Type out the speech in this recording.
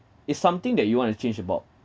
is something that you want to change about